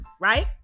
right